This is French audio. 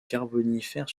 carbonifère